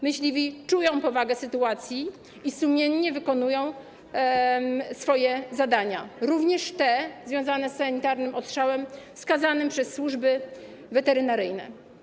Myśliwi czują powagę sytuacji i sumiennie wykonują swoje zadania, również te związane z sanitarnym odstrzałem wskazanym przez służby weterynaryjne.